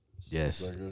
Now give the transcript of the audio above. Yes